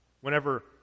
whenever